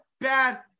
bad